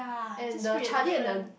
and the Charlie and the